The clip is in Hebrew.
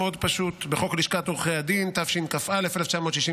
הצעת חוק לשכת עורכי הדין (תיקון מס' 43)